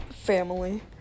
family